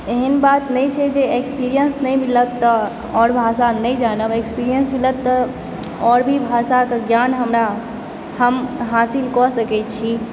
एहन बात नहि छै जे एक्सपीरियेन्स नहि मिलत तऽ आओर भाषा नहि जानब एक्सपीरियेन्स मिलत तऽ आओर भी भाषाकऽ ज्ञान हमरा हम हासिलकऽ सकैत छी